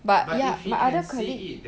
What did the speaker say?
but ya my other colleague